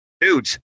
Dudes